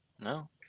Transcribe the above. No